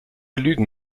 lügen